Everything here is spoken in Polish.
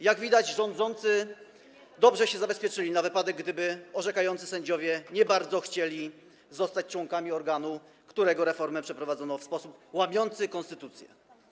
Jak widać, rządzący dobrze się zabezpieczyli na wypadek, gdyby orzekający sędziowie nie bardzo chcieli zostać członkami organu, którego reformę przeprowadzono w sposób łamiący konstytucję.